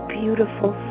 beautiful